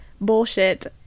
bullshit